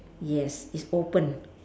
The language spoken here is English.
yes it's open